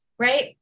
Right